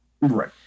Right